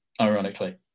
ironically